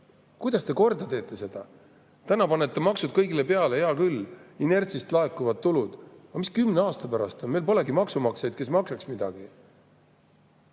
Kuidas te korda teete seda? Täna panete maksud kõigile peale, hea küll, inertsist laekuvad tulud. Aga mis kümne aasta pärast on? Meil polegi maksumaksjaid, kes maksaks midagi.